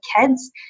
kids